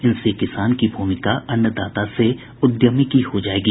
इनसे किसान की भूमिका अन्नदाता से उद्यमी की हो जाएगी